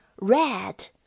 Red